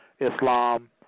Islam